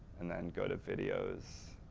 and then go to videos.